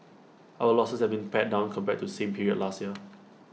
our losses have been pared down compared to same period last year